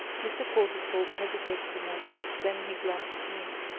mr. portlethorpe hesitated a moment then he glanced at me.